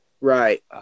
right